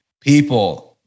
people